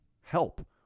help